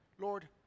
Lord